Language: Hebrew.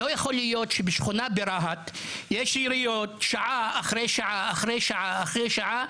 לא יכול להיות שבשכונה ברהט יש יריות שעה אחרי שעה אחרי שעה,